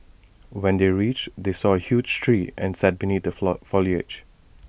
when they reached they saw A huge tree and sat beneath the foliage